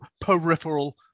peripheral